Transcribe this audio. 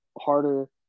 harder